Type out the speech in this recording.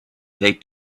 they